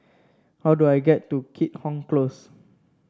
how do I get to Keat Hong Close